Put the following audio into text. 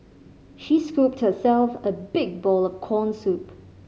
she scooped herself a big bowl of corn soup